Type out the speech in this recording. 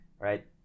Right